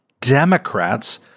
Democrats